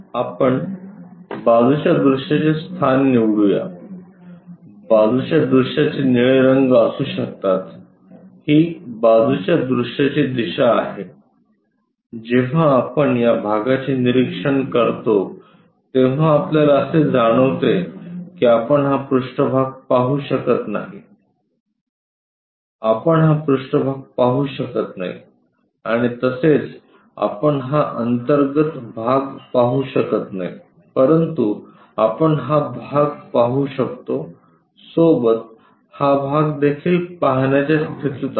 आपण बाजूच्या दृश्याचे स्थान निवडू या बाजूच्या दृश्याचे निळे रंग असू शकतात ही बाजूच्या दृश्याची दिशा आहे जेव्हा आपण या भागाचे निरीक्षण करतो तेव्हा आपल्याला असे जाणवते की आपण हा पृष्ठभाग पाहू शकत नाही आपण हा पृष्ठभाग पाहू शकत नाही आणि तसेच आपण हा अंतर्गत भाग पाहू शकत नाही परंतु आपण हा भाग पाहु शकतो सोबत हा भाग देखील पाहण्याच्या स्थितीत आहोत आणि आपण हा भाग देखील पाहण्याच्या स्थितीत आहोत